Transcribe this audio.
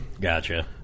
gotcha